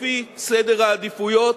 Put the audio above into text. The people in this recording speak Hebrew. לפי סדר העדיפויות,